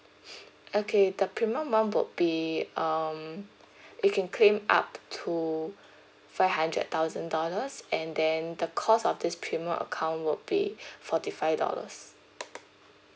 okay the premium one would be um you can claim up to five hundred thousand dollars and then the cost of this premium account would be forty five dollars